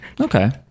Okay